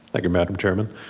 like you, madam chairman.